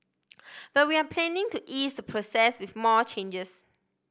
but we are planning to ease the process with more changes